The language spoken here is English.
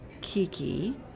Kiki